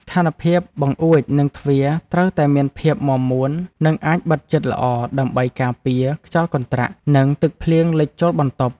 ស្ថានភាពបង្អួចនិងទ្វារត្រូវតែមានភាពមាំមួននិងអាចបិទជិតល្អដើម្បីការពារខ្យល់កន្ត្រាក់និងទឹកភ្លៀងលិចចូលបន្ទប់។